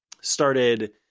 started –